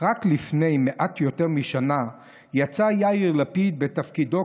"רק לפני מעט יותר משנה יצא יאיר לפיד בתפקידו